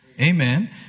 Amen